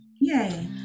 yay